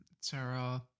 Sarah